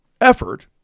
effort